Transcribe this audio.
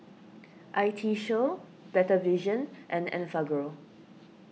I T Show Better Vision and Enfagrow